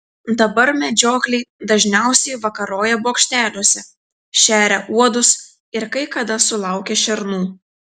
dabar medžiokliai dažniausiai vakaroja bokšteliuose šeria uodus ir kai kada sulaukia šernų